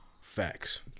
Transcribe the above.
Facts